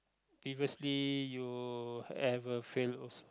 previously you ever failed